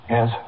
Yes